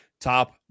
top